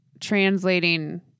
translating